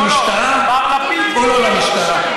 למשטרה או לא למשטרה?